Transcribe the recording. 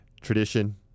tradition